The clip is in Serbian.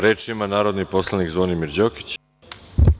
Reč ima narodni poslanik Zvonimir Đokić.